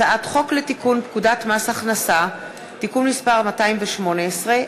הצעת חוק לתיקון פקודת מס הכנסה (מס' 218),